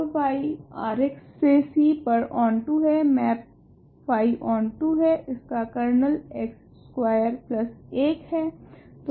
तो phi Rx से C पर ओंटो है मैप फाई ओंटो है इसका कर्नल x स्कवेर 1 हैं